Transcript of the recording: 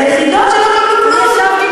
היחידות שלא קיבלו כלום.